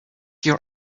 your